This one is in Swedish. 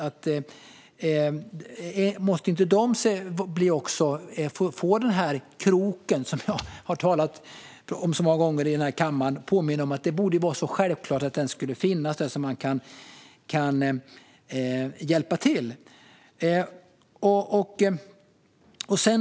Måste inte de också få den här kroken, som jag har talat om så många gånger i denna kammare? Det borde vara självklart att den ska finnas där, så att man kan hjälpa till.